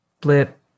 blip